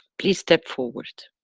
please step forward.